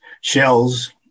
shells